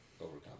overcome